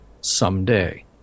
someday